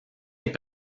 est